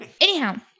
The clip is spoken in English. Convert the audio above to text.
anyhow